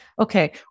okay